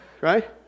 right